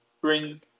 bring